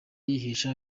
yihesha